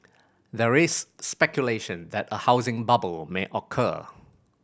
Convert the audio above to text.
there is speculation that a housing bubble may occur